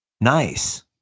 Nice